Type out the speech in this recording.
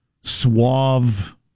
suave